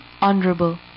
honorable